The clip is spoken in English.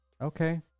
Okay